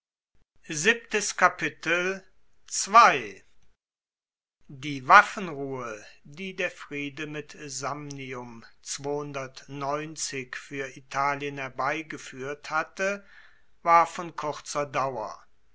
die waffenruhe die der friede mit samnium fuer italien herbeigefuehrt hatte war von kurzer dauer